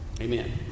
Amen